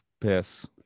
piss